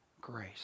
grace